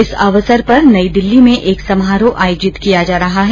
इस अवसर पर नई दिल्ली में एक समारोह आयोजित किया जा रहा है